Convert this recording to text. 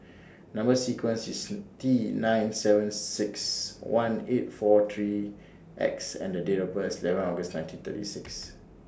Number sequence IS T nine seven six one eight four three X and Date of birth eleven August nineteen thirty six